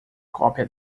cópia